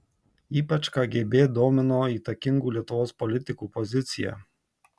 ypač kgb domino įtakingų lietuvos politikų pozicija